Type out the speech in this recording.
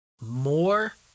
more